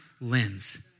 lens